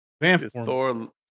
Thor